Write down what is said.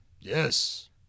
yes